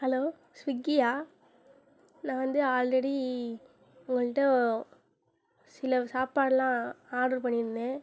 hello ஸ்விக்கியா நான் வந்து ஆல்ரெடி உங்கள்கிட்ட சில சாப்பாடுலாம் ஆர்ட்ரு பண்ணியிருந்தேன்